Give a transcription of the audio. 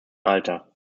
alter